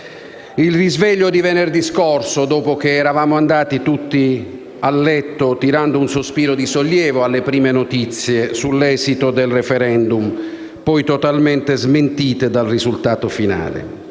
il risveglio di venerdì scorso dopo che eravamo andati tutti a letto tirando un sospiro di sollievo alle prime notizie sull'esito del *referendum*, notizie poi totalmente smentite dal risultato finale.